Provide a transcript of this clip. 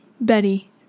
Betty